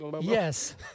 Yes